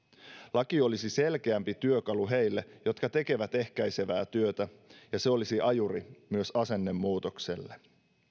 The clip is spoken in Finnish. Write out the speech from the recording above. laki olisi selkeämpi työkalu heille jotka tekevät ehkäisevää työtä ja se olisi ajuri myös asennemuutokselle